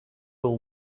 will